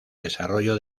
desarrollo